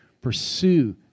Pursue